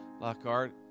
Lockhart